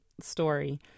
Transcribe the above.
story